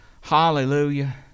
Hallelujah